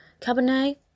Cabernet